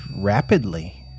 rapidly